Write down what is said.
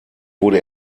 wurde